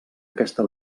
aquesta